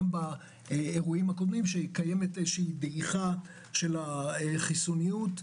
באירועים הקודמים שקיימת דעיכה של החיסוניות.